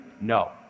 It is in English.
No